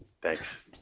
Thanks